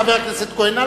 חבר הכנסת כהן,